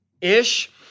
ish